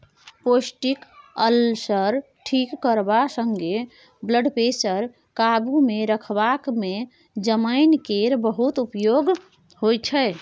peptic ulcer ठीक करबा संगे ब्लडप्रेशर काबुमे रखबाक मे जमैन केर बहुत प्रयोग होइ छै